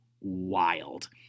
wild